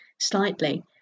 slightly